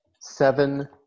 seven